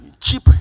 cheap